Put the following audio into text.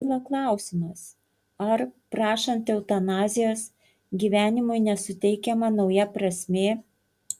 kyla klausimas ar prašant eutanazijos gyvenimui nesuteikiama nauja prasmė